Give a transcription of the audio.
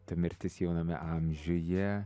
ta mirtis jauname amžiuje